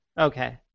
Okay